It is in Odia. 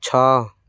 ଛଅ